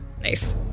Nice